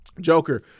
joker